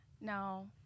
No